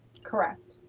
correct.